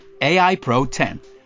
AIPRO10